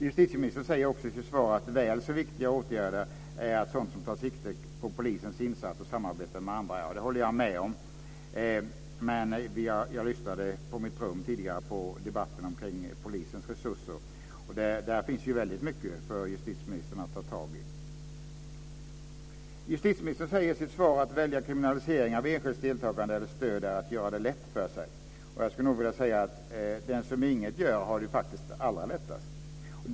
Justitieministern säger också i sitt svar att väl så viktiga åtgärder är sådana som tar sikte på polisens insatser och samarbete med andra. Det håller jag med om. Men jag lyssnade tidigare på mitt rum på debatten omkring polisens resurser. Där finns det ju väldigt mycket för justitieministern att ta tag i. Justitieministern säger i sitt svar att det är att göra det lätt för sig att välja kriminalisering av enskilds deltagande eller stöd. Jag skulle nog vilja säga att den som inget gör faktiskt har det allra lättast.